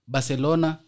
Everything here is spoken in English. Barcelona